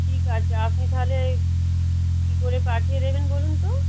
ঠিক আছে আপনি তাহলে কী করে পাঠিয়ে দেবেন বলুন তো